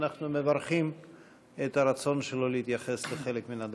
אנחנו מברכים על הרצון שלו להתייחס לחלק מן הדברים.